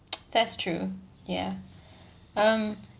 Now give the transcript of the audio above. that's true ya um